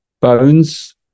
bones